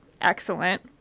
excellent